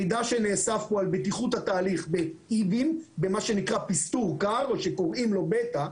המידע שנאסף פה על בטיחות התהליך במה שנקרא פסטור קר או שקוראים לו בטא,